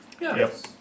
Yes